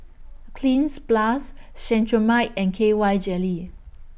Cleanz Plus Cetrimide and K Y Jelly